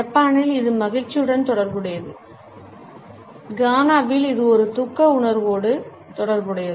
ஜப்பானில் இது மகிழ்ச்சியுடன் தொடர்புடையது கானாவில் இது ஒரு துக்க உணர்வோடு தொடர்புடையது